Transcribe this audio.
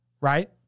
right